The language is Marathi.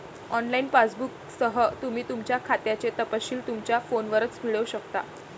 ऑनलाइन पासबुकसह, तुम्ही तुमच्या खात्याचे तपशील तुमच्या फोनवरच मिळवू शकता